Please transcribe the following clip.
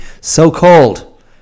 so-called